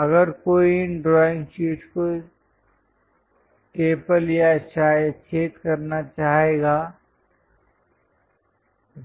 अगर कोई इन ड्राइंग शीट्स को स्टेपल या शायद छेद करना चाहेगा